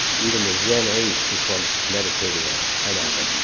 even the zen apes this one's meditating on a pineapple.